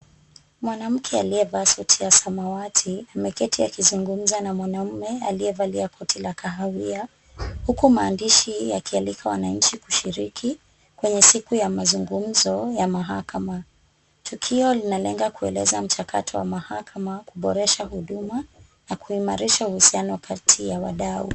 Mwanamke aliyevaa suti ya samawati ameketi akizungumza na mwanaume aliyevalia koti la kahawia, huku maandishi yakialika wananchi kushiriki kwenye siku ya mazungumzo ya mahakama. Tukio linalenga kueleza mchakato wa mahakama kuboresha huduma na kuimarisha uhusiano kati ya wadau.